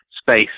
space